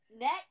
Next